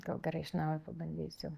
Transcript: gal gerai iš naujo pabandysiu